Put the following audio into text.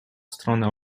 stronę